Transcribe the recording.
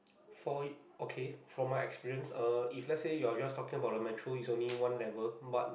for it okay from my experience uh if let's say you are just talking about the metro is only one level but